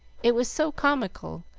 it was so comical,